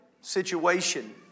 situation